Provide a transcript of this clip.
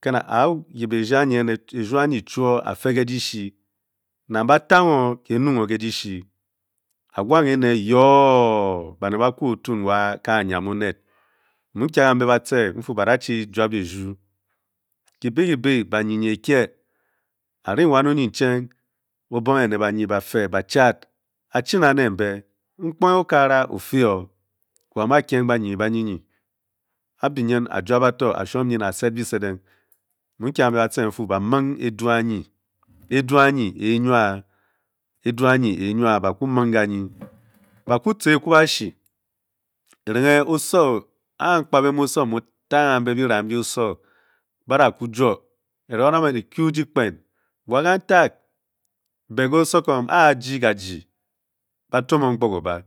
ke na a yip erugh anyin top a-fe ke dishi namg ba tanghe ke nuong o ke dishi a-wa anyin ene yoo baeed ba kwu tun wa ka nyiam oned. Mmu nkia kambe betce n-fu ba da chi juap erughe. kibe kibe ba yinyin e-kye. a-ringe wan onyincheñg o-bonghe ne ba yinyin ba fe ne ba tced a-kye na ne mbe? Nkponghe okagara o-fe o. wo a-med a-kying ba yinyin ba yinyin-a-biying a-joup bato a-shuan nyin a-sed be sedeng mmu kia kambe batce n-fu ba mung edu enyin. edu aryin e-muong ka nyin. ba kwu tce ekwabashi erenghe oso e-nkpambe mu oso mu o tanghe kambe bira mbi oso ba da kwu jour. erenghe ba da man e-kwu dyikpen. Wa kanteg bé ke osokom a-ajigaji ba tum o ngnogoba.